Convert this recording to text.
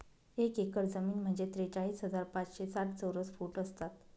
एक एकर जमीन म्हणजे त्रेचाळीस हजार पाचशे साठ चौरस फूट असतात